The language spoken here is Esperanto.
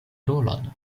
rolon